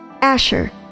Asher